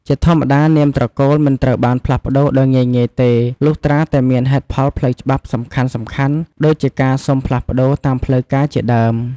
ជាធម្មតានាមត្រកូល មិនត្រូវបានផ្លាស់ប្ដូរដោយងាយៗទេ លុះត្រាតែមានហេតុផលផ្លូវច្បាប់សំខាន់ៗ ដូចជាការសុំផ្លាស់ប្តូរតាមផ្លូវការជាដើម។